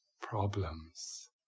problems